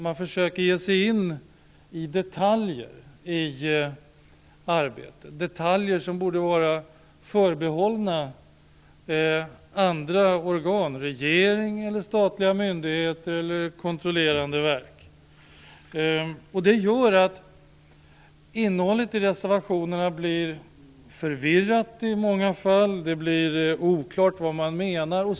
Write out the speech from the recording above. Man försöker ge sig in i detaljer i arbetet, detaljer som borde vara förbehållna andra organ: regeringen, statliga myndigheter eller kontrollerande verk. Det gör att innehållet i reservationerna i många fall blir förvirrat. Det blir oklart vad man menar.